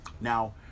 Now